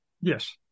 Yes